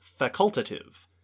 facultative